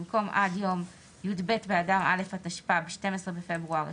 במקום "עד יום י"ב באדר א' התשפ"ב (12 בפברואר 2022)"